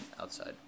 outside